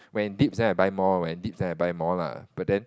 when it dips then I buy more when it dips then I buy more lah but then